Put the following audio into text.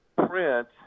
Print